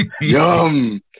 Yum